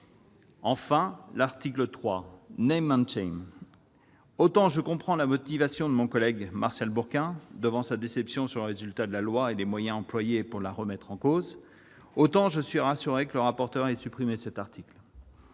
à l'article 3- le fameux ... Autant je comprends la motivation de notre collègue Martial Bourquin, déçu par les résultats de la loi et les moyens employés pour la remettre en cause, autant je suis rassuré que le rapporteur ait supprimé cet article.